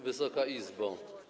Wysoka Izbo!